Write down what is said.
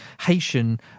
Haitian